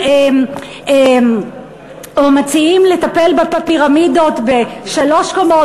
או מציעים לטפל בפירמידות בשלוש קומות